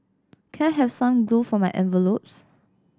can I have some glue for my envelopes